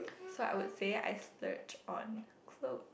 so I would say I splurge on clothes